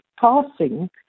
passing